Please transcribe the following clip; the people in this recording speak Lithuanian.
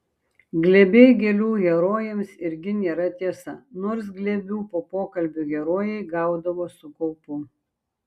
glėbiai gėlių herojams irgi nėra tiesa nors glėbių po pokalbių herojai gaudavo su kaupu